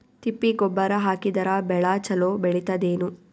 ತಿಪ್ಪಿ ಗೊಬ್ಬರ ಹಾಕಿದರ ಬೆಳ ಚಲೋ ಬೆಳಿತದೇನು?